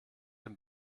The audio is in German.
dem